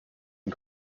and